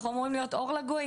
אנחנו אמורים להיות אור לגויים,